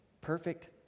perfect